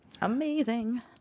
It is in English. amazing